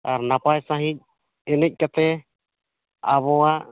ᱟᱨ ᱱᱟᱯᱟᱭ ᱥᱟᱺᱦᱤᱡ ᱮᱱᱮᱡ ᱠᱟᱛᱮ ᱟᱵᱚᱣᱟᱜ